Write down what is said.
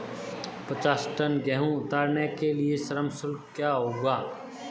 पचास टन गेहूँ उतारने के लिए श्रम शुल्क क्या होगा?